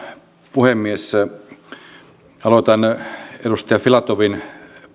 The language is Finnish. puhemies aloitan edustaja filatovin